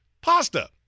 pasta